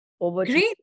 Great